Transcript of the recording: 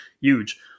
huge